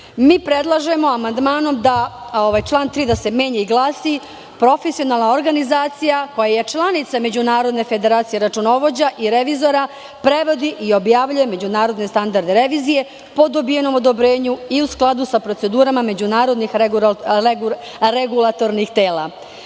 predlažemo amandmanom da se član 3. menja i glasi – "Profesionalna organizacija koja je članica Međunarodne federacije računovođa i revizora, prevodi i objavljuje međunarodne standarde revizije, po dobijenom odobrenju, i u skladu sa procedurama međunarodnih regulatornih tela.